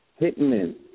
hitmen